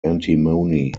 antimony